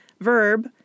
verb